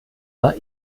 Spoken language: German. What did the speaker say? war